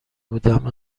بودم